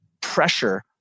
pressure